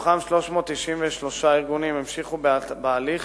ומתוכם 393 המשיכו בהליך